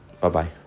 Bye-bye